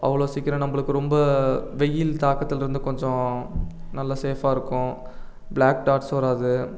அவ்வளோ சீக்கிரம் நம்மளுக்கு ரொம்ப வெயில் தாக்கத்துலேருந்து கொஞ்சம் நல்ல சேஃப்பாக இருக்கும் ப்ளாக் டாட்ஸும் வராது